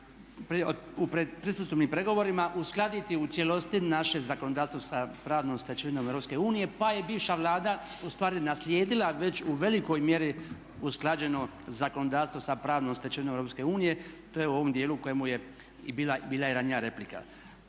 u pretpristupnim pregovorima uskladiti u cijelosti naše zakonodavstvo sa pravnom stečevinom EU pa je bivša Vlada ustvari naslijedila već u velikoj mjeri usklađeno zakonodavstvo sa pravnom stečevinom EU. To je u ovom dijelu u kojem je bila i ranija replika.